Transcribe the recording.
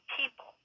people